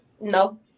No